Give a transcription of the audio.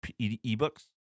ebooks